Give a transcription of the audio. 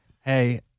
hey